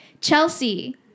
Chelsea